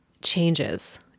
changes